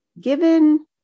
given